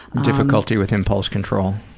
difficulty with impulse control?